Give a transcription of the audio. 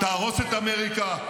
תהרוס את אמריקה.